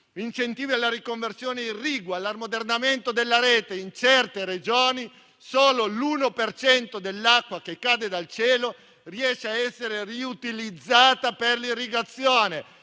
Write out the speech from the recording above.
nonché alla riconversione irrigua e all'ammodernamento della rete. In certe Regioni solo l'1 per cento dell'acqua che cade dal cielo riesce a essere riutilizzata per l'irrigazione;